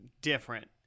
different